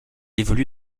évolue